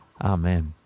Amen